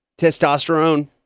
testosterone